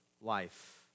life